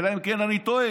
אלא אם כן אני טועה.